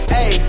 Hey